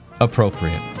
Appropriate